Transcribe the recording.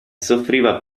soffriva